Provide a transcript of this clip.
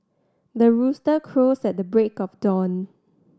the rooster crows at the break of dawn